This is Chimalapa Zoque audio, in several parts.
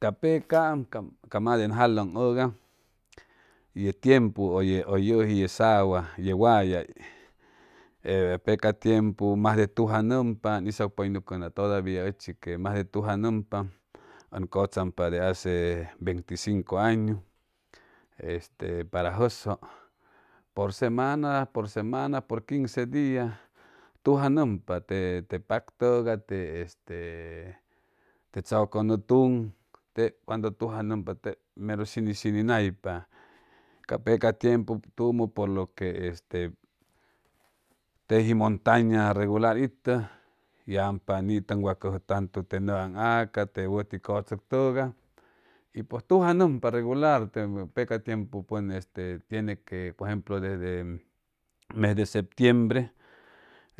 Ca pecaam a majde ʉn jalʉŋ hʉga ye tiempu ʉ ʉ yʉji ye sawa ye wayay e peca tiempu majde tujanʉmpa ʉn hizʉp+ynucʉ todavia ʉchi que majde tujanʉmpa ʉn cʉtzampa de hace veinti cinco añu este para jʉsjʉ por semana por semana por quince dia tujanʉmpa te te pak tʉgay te este te tzʉcʉ nʉʉ tuŋ tep cuando tujanʉmpa tep mero shinishinaypa ca peca tiempu tumʉ por lo que este teji montaña regular itʉ yampa nitʉnwacʉnʉjʉ tantu te nʉʉ aŋ aca te wʉti cʉtzʉc tʉgay y pʉj tujanʉmpa regular te peca tiempu pʉn este tiene que por ejemplo desde mes de septiembre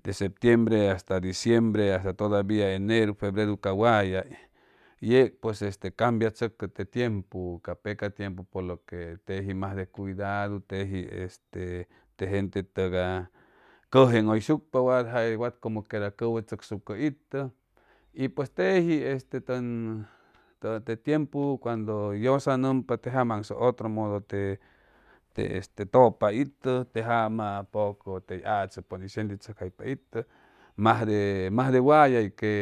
de septiembre hasta diciembre hasta todavia eneru febreru cap wayay yeg pues este cambiachʉcʉ te tiempu ca peca tiempu porque teji majde cuidadu teji este te gente tʉgay cʉgeŋhʉyshucpa wa wat como quiera cʉwʉ tzʉcsucpa itʉ y pues teji este tʉn te tiempu cuando yʉsanʉmpa te jama aŋsʉŋ otro modo te te este tʉpa itʉ te jama poco tey achʉ pʉn hʉy sentichʉcjaypa itʉ majde majde wayay que